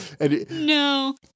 No